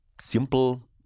simple